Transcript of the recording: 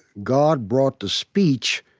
god, brought to speech,